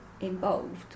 involved